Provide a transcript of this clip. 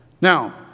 Now